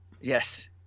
yes